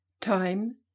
Time